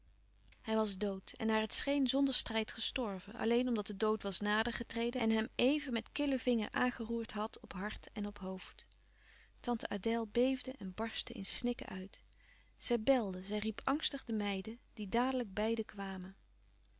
hij was dood en naar het scheen zonder strijd gestorven alleen omdat de dood was nader getreden en hem éven met killen vinger aangeroerd had op hart en op hoofd tante adèle beefde en barstte in snikken uit zij belde zij riep angstig de meiden die dadelijk beide kwamen